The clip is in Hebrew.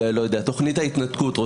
תוכנית ההתנתקות.